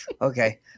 Okay